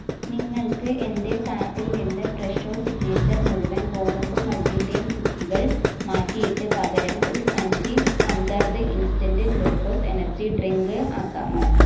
നിങ്ങൾക്ക് എന്റെ കാർട്ടിൽ നിന്ന് ഫ്രെഷോ സിഗ്നേച്ചർ മുഴുവൻ ഗോതമ്പ് മൾട്ടീഗ്രെയ്ൻ കുക്കികൾ മാറ്റിയിട്ട് പകരം ഒരു സഞ്ചി Hamdard instant glucose energy drink ആക്കാമോ